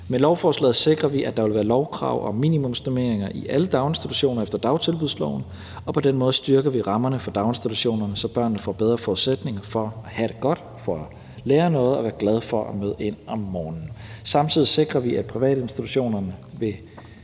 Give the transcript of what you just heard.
Med lovforslaget sikrer vi, at der vil være lovkrav om minimumsnormeringer i alle daginstitutioner efter dagtilbudsloven, og på den måde styrker vi rammerne for daginstitutionerne, så børnene får bedre forudsætninger for at have det godt, for at lære noget og være glade for at møde ind om morgenen. Samtidig sikrer vi, at privatinstitutionerne ved,